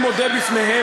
אני מודה בפניהם,